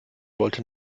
wollte